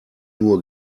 nur